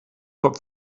cop